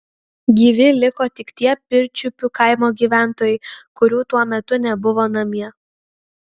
gyvi liko tik tie pirčiupių kaimo gyventojai kurių tuo metu nebuvo namie